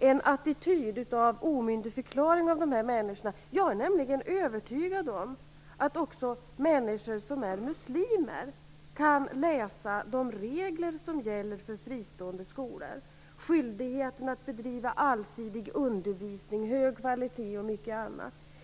en attityd av omyndigförklaring av dessa människor. Jag är nämligen övertygad om att också människor som är muslimer kan läsa de regler som gäller för fristående skolor: skyldigheten att bedriva allsidig undervisning, hålla hög kvalitet och mycket annat.